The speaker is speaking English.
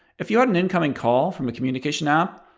if you had an incoming call from a communication app,